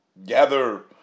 gather